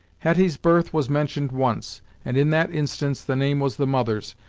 hetty's birth was mentioned once, and in that instance the name was the mother's,